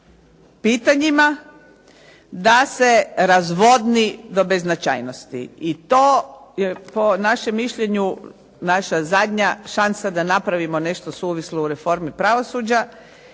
pitanjima da se razvodni do beznačajnosti i to je po našem mišljenju naša zadnja šansa da napravimo nešto suvislo u reformi pravosuđa